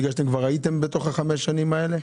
כי כבר הייתם בתוך חמש השנים האלה?